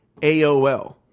AOL